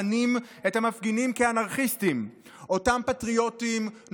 הקואליציה הזו מאשימה אותנו שאנחנו פעילי BDS,